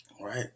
right